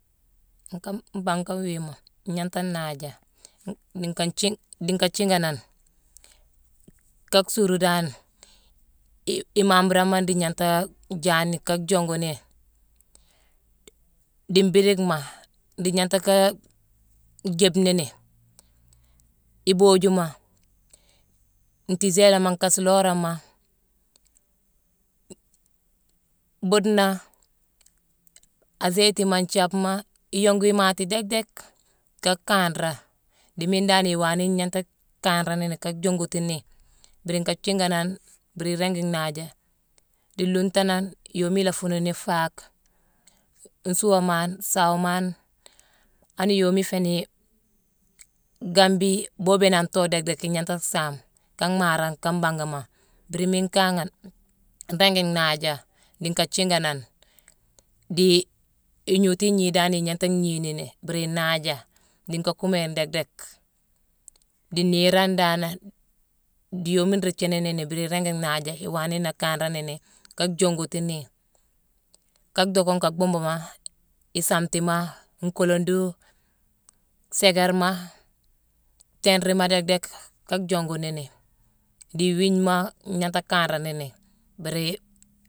Nkaa mbanga wiima, ngnanta nhaajé diinka-njii-diinka jiinganane. Ka suuru dan i-imamburama nruu gnanta jaani, kaa jonguni, dii mbiidickma nruu gnanta kaa jiibni ni, iboojuma, ntiiséléma, nkaasulorama, buudena, azéyitima, nthiabma, iyongu imaatima déck déck ka kanra, dii miine dan iwanne ngnanta kanrani ni ka jongutini mbiri nkaa jiiganane mbiri iringi nhaajé, dii lungtanane yooma ila fuunune ni faak: nsuuamane, sawomane, ani yooma ifééni gambi, boobiyone an too déck-déck, ignanta saame ka mhaaré nkaa mbangema. Mbiri miine nkane nringi naaja diinka jiinganane, dii ngnootu ignii dan ignanta gniini ni mbiri inaaja diinka kuuméne déck-déck. Dii niirone danane, dii yooma nruu thiini nini mbiri iringi naaja, iwaana nu kanra nini ka jongutini, kaa dhocka nka bhuubuma, isametima, nkoolondu, séékérma, tinrima déck-déck ka jongu nini, dii iwiignema ngnanghta kanra nini biri